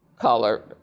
colored